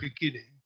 beginning